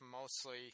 mostly